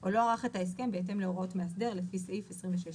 או לא ערך את ההסכם בהתאם להוראות מאסדר לפי סעיף 26(ד).